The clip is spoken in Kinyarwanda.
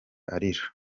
arira